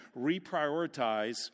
reprioritize